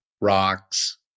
rocks